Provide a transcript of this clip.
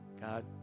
God